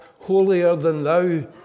holier-than-thou